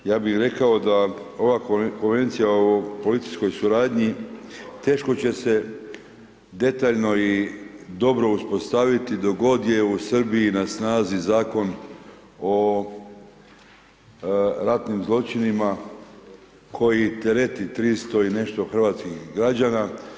Ja bi rekao da ova Konvencija o političkoj suradnji teško će se detaljno i dobro uspostaviti dok god je u Srbiji na snazi Zakon o ratnim zločinima koji tereti 300 i nešto hrvatskih građana.